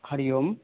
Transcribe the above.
हरिः ओं